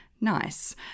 Nice